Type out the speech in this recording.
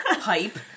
pipe